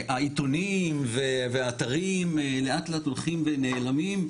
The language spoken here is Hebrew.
העיתונים, והאתרים, לאט לאט הולכים ונעלמים.